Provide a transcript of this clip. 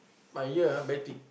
my ear ah very thick